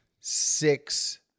six